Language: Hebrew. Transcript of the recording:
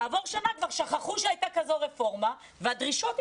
כעבור שנה כבר שכחו שהייתה כזו רפורמה והדרישות השתנו,